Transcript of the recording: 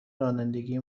رانندگی